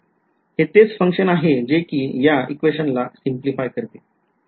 हे तेच function आहे जे कि याequation ला सॅटिसफाय करते